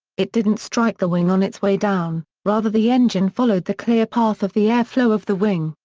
it didn't strike the wing on its way down, rather the engine followed the clear path of the airflow of the wing,